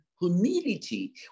humility